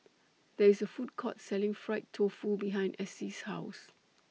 There IS A Food Court Selling Fried Tofu behind Essie's House